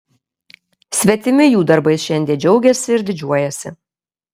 svetimi jų darbais šiandie džiaugiasi ir didžiuojasi